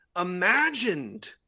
imagined